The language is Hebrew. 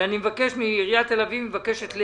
לאה